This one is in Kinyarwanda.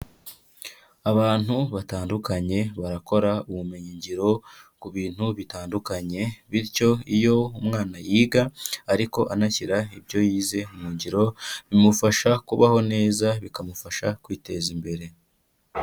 Abantu batandukanye barakora ubumenyingiro ku bintu bitandukanye, bityo iyo umwana yiga ariko anashyira ibyo yize mu ngiro bimufasha kubaho neza bikamufasha kwiteza imbere.